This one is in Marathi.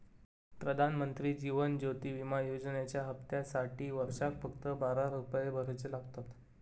प्रधानमंत्री जीवन ज्योति विमा योजनेच्या हप्त्यासाटी वर्षाक फक्त बारा रुपये भरुचे लागतत